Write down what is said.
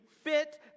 fit